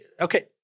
okay